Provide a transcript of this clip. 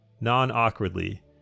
non-awkwardly